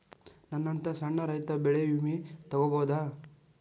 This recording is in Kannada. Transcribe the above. ನನ್ನಂತಾ ಸಣ್ಣ ರೈತ ಬೆಳಿ ವಿಮೆ ತೊಗೊಬೋದ?